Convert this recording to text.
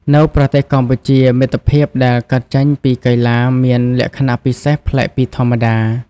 នៅប្រទេសកម្ពុជា មិត្តភាពដែលកើតចេញពីកីឡាមានលក្ខណៈពិសេសប្លែកពីធម្មតា។